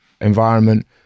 environment